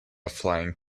flying